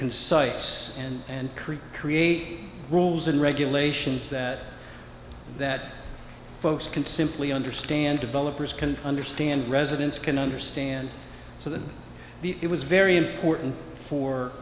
concise and and create create rules and regulations that that folks can simply understand developers can understand residents can understand so that the it was very important for